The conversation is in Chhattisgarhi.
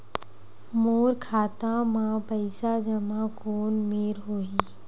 मोर खाता मा पईसा जमा कोन मेर होही?